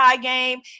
game